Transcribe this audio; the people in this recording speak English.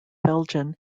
elgin